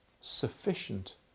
sufficient